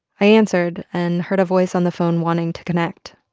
i answered and heard a voice on the phone wanting to connect.